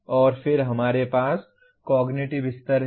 और फिर हमारे पास कॉग्निटिव स्तर हैं